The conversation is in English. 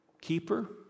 keeper